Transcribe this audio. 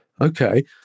Okay